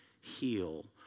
heal